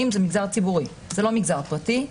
זה המגזר הציבורי - זה לא מגזר פרטי.